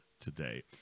today